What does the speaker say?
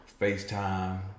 FaceTime